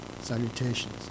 salutations